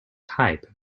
type